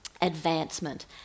advancement